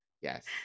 Yes